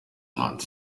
ati